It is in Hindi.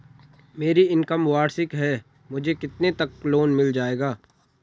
मेरी इनकम वार्षिक है मुझे कितने तक लोन मिल जाएगा?